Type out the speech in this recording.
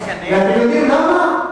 ואתם יודעים למה,